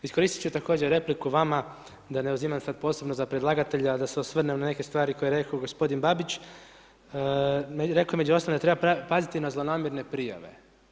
Iskoristit ću također repliku vama, da ne uzimam sad posebno, za predlagatelja, da se osvrnem na neke stvari koje je rekao gospodin Babić, rekao je između ostalog da treba paziti na zlonamjerne prijave.